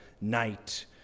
night